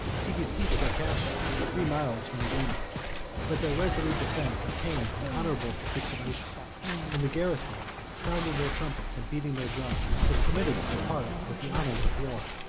he besieged their castle, three miles from medina but their resolute defence obtained an honorable capitulation and the garrison, sounding their trumpets and beating their drums, was permitted to depart with the honors of war.